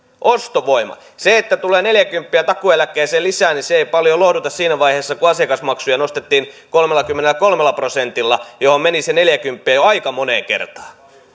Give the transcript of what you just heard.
ostovoima se että tulee neljäkymppiä takuueläkkeeseen lisää ei paljon lohduta siinä vaiheessa kun asiakasmaksuja on nostettu kolmellakymmenelläkolmella prosentilla mihin meni se neljäkymppiä jo aika moneen kertaan